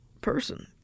person